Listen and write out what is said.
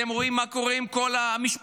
אתם רואים מה קורה עם כל המשפחות.